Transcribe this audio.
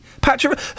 Patrick